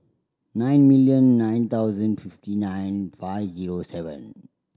nine million nine thousand fifty nine five zero seven